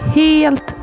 helt